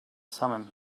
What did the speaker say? thummim